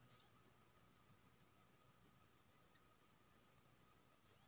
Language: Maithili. Online Bharat bill payment system के उपयोग भ सके इ की नय?